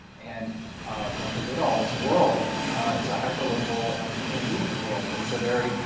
and dr. goodall's world is a hyper local chimpanzee world. but it's a very,